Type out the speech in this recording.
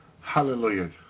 hallelujah